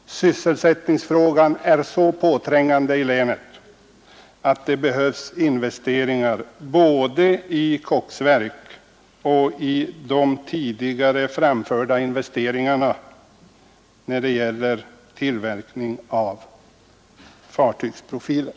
Sysselsättningsfrågan är så påträngande i länet, att det behövs investeringar både i koksverket och för tillverkning av fartygsprofiler.